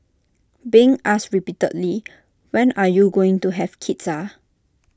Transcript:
being asked repeatedly when are you going to have kids ah